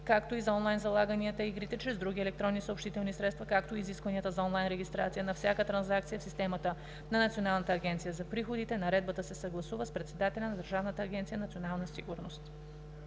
както и за онлайн залаганията и игрите чрез други електронни съобщителни средства, както и изискванията за онлайн регистрация на всяка транзакция в системата на Националната агенция за приходите; наредбата се съгласува с председателя на Държавната агенция „Национална сигурност“.